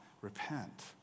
repent